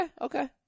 Okay